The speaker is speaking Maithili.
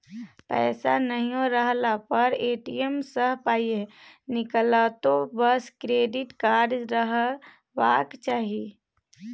पैसा नहियो रहला पर ए.टी.एम सँ पाय निकलतौ बस क्रेडिट कार्ड रहबाक चाही